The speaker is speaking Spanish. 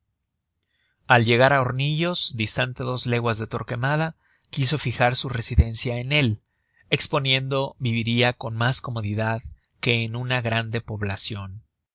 al llegar á hornillos distante dos leguas de torquemada quiso fijar su residencia en él esponiendo viviria con mas comodidad que en una grande poblacion de